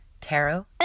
tarot